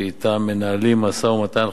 שאתם מנהלים משא-ומתן,